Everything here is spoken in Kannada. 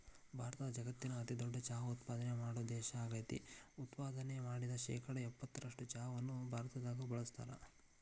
ಭಾರತ ಜಗತ್ತಿನ ಅತಿದೊಡ್ಡ ಚಹಾ ಉತ್ಪಾದನೆ ಮಾಡೋ ದೇಶ ಆಗೇತಿ, ಉತ್ಪಾದನೆ ಮಾಡಿದ ಶೇಕಡಾ ಎಪ್ಪತ್ತರಷ್ಟು ಚಹಾವನ್ನ ಭಾರತದಾಗ ಬಳಸ್ತಾರ